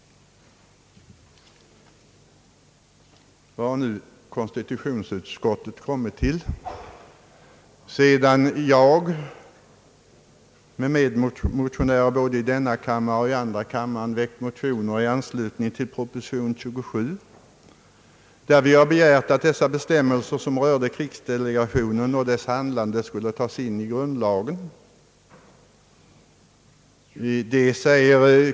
Vad har nu konstitutionsutskottet kommit till, sedan jag jämte medmotionärer både i denna kammare och i andra kammaren väckt motioner i anslutning till proposition nr 27, i vilka vi har begärt att de bestämmelser som rör krigsdelegationen och dess handlande skulle tas inigrundlagen?